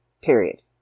Period